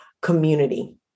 community